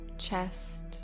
chest